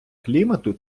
клімату